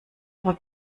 aber